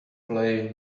play